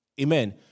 Amen